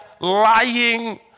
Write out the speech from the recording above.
lying